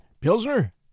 Pilsner